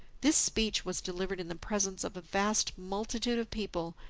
this speech was delivered in the presence of a vast multitude of people,